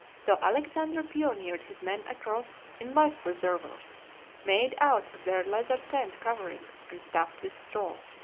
so alexander pioneered his men across in life-preservers made out of their leather tent coverings and stuffed with straw.